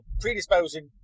predisposing